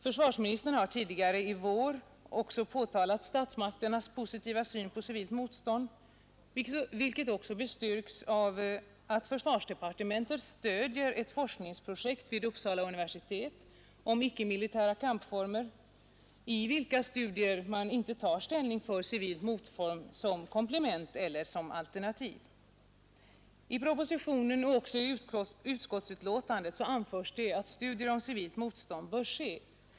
Försvarsministern har tidigare i vår också erinrat om statsmakternas positiva syn på civilt motstånd, vilket också har bestyrkts av att försvarsdepartementet stöder ett forskningsprojekt vid Uppsala universitet om icke-militära kampformer, i vilka studier man inte tar ställning för civilt motstånd som komplement eller som alternativ. I propositionen och även i utskottets betänkande anförs att studier om civilt motstånd bör göras.